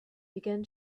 began